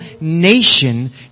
nation